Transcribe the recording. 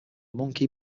monkey